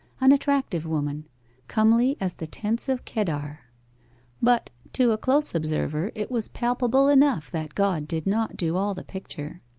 an attractive woman comely as the tents of kedar. but to a close observer it was palpable enough that god did not do all the picture.